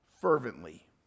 fervently